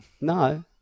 No